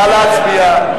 נא להצביע.